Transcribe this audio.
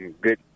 good